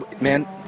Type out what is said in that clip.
man